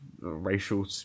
racial